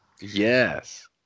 Yes